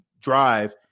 drive